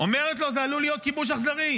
אומרת לו: זה עלול להיות כיבוש אכזרי.